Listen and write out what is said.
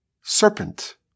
serpent